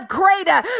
greater